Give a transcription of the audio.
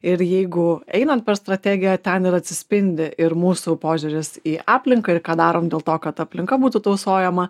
ir jeigu einant per strategiją ten ir atsispindi ir mūsų požiūris į aplinką ir ką darom dėl to kad aplinka būtų tausojama